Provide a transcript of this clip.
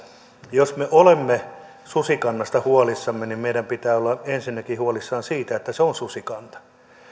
jos me olemme susikannasta huolissamme niin meidän pitää olla ensinnäkin huolissamme siitä että se on susikanta